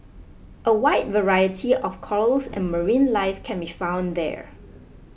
a wide variety of corals and marine life can be found there